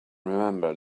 remember